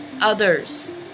others